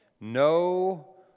No